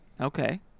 okay